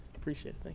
appreciate